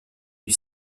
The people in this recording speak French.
lui